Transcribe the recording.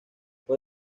por